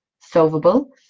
solvable